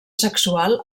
sexual